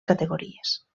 categories